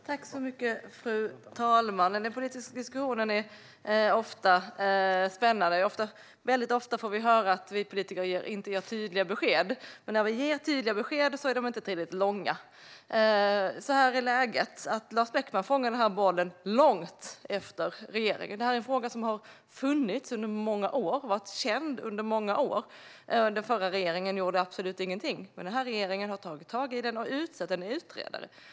Fru talman! Den politiska diskussionen är ofta spännande. Väldigt ofta får vi höra att vi politiker inte ger tydliga besked, men när vi ger tydliga besked är de inte tillräckligt långa. Så här är läget: Lars Beckman fångar bollen långt efter regeringen. Denna fråga har varit känd under många år. Den förra regeringen gjorde absolut ingenting, men denna regering har tagit tag i det och utsett en utredare.